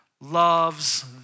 loves